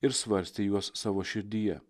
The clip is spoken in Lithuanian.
ir svarstė juos savo širdyje